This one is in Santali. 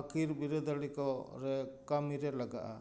ᱟᱹᱠᱷᱤᱨ ᱵᱤᱨᱳᱫᱟᱞᱤ ᱠᱚ ᱨᱮ ᱠᱟᱹᱢᱤᱨᱮ ᱞᱟᱜᱟᱜᱼᱟ